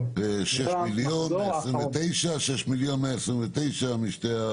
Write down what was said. בינואר - 6.129 מיליון ועוד 6.129 מיליון.